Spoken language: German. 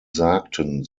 sagten